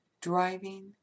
driving